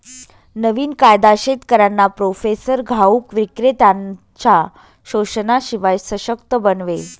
नवीन कायदा शेतकऱ्यांना प्रोसेसर घाऊक विक्रेत्त्यांनच्या शोषणाशिवाय सशक्त बनवेल